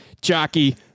Jockey